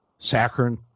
saccharin